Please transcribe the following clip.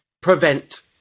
prevent